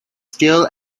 still